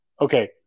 Okay